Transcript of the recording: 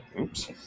Oops